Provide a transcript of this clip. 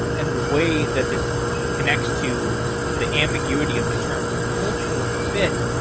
and the way that this connects to the ambiguity of the term cultural fit,